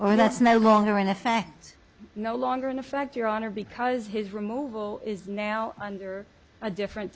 well that's no longer in effect no longer in effect your honor because his removal is now under a different